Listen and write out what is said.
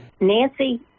Nancy